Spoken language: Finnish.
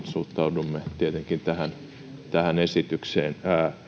suhtaudumme tietenkin tähän tähän esitykseen